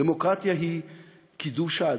דמוקרטיה היא קידוש האדם,